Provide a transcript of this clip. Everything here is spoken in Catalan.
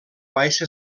baixa